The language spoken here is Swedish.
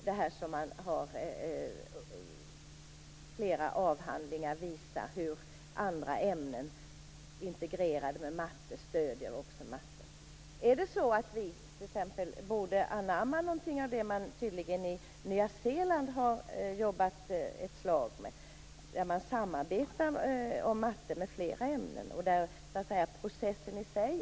Det finns flera avhandlingar som visar hur andra ämnen integrerade med matten också stöder denna. Är det så att vi t.ex. borde anamma något av det som man tydligen har jobbat ett tag med i Nya Zeeland? Där samarbetar man inom matten med flera ämnen, och där är det viktigaste att få i gång processen i sig.